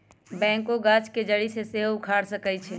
backhoe गाछ के जड़ी के सेहो उखाड़ सकइ छै